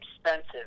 expensive